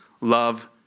Love